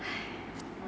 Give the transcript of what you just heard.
!hais!